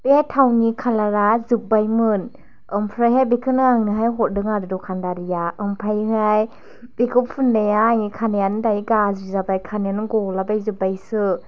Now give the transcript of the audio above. बे थावनि खालारा जोबबायमोन ओमफ्राहाय बेखौनो आंनोहाय हारदों आरो दखान दारिया ओमफ्रायहाय बेखौ फुनाया आंनि खानाइयानो दायो गाज्रि जाबाइ खानाइयानो गला बायबायजोबबायसो